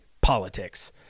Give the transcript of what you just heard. politics